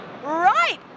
Right